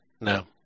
No